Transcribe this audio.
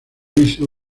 hizo